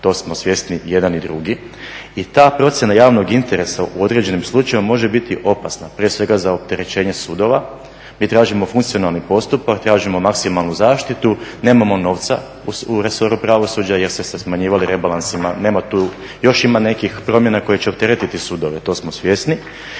to smo svjesni jedan i drugi. I ta procjena javnog interesa u određenim slučajevima može biti opasna, prije svega za opterećenje sudova. Mi tražimo funkcionalni postupak, tražimo maksimalnu zaštitu. Nemamo novca u resoru pravosuđa jer se smanjivalo rebalansima. Nema tu, još ima nekih promjena koje će opteretiti sudove, to smo svjesni.